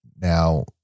Now